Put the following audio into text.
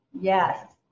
Yes